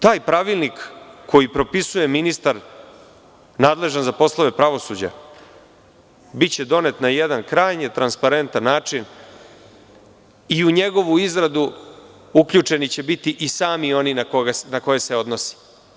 Taj pravilnik koji propisuje ministar nadležan za poslove pravosuđa biće donet na jedan krajnje transparentan način i u njegovu izradu uključeni će biti i sami oni na koje se odnosi.